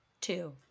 two